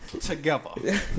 together